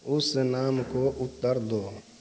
उस नाम को उत्तर दो